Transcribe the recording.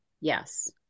Yes